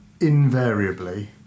invariably